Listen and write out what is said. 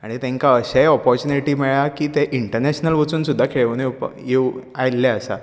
आनी तेंकां अशीय ऑपोरच्यीनिटी मेळ्ळ्या की ते इंटरनॅशनल वचून सुद्दां खेळून येव येवन आयल्ले आसात